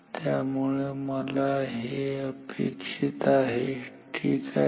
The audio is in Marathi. त्यामुळे हे मला अपेक्षित आहे ठीक आहे